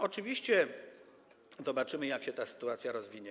Oczywiście zobaczymy, jak się ta sytuacja rozwinie.